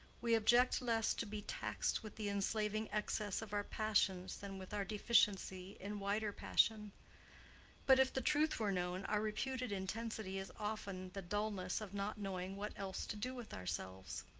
we object less to be taxed with the enslaving excess of our passions than with our deficiency in wider passion but if the truth were known, our reputed intensity is often the dullness of not knowing what else to do with ourselves.